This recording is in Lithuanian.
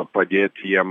padėti jiem